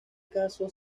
caso